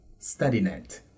StudyNet